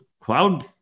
cloud